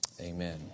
Amen